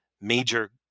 major